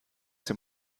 dem